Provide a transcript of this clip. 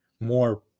more